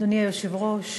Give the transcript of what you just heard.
אדוני היושב-ראש,